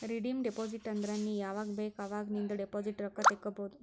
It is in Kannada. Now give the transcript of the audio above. ರೀಡೀಮ್ ಡೆಪೋಸಿಟ್ ಅಂದುರ್ ನೀ ಯಾವಾಗ್ ಬೇಕ್ ಅವಾಗ್ ನಿಂದ್ ಡೆಪೋಸಿಟ್ ರೊಕ್ಕಾ ತೇಕೊಬೋದು